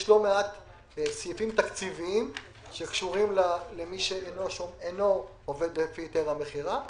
יש לא מעט סעיפים תקציביים שקשורים למי שאינו עובד לפי היתר המכירה.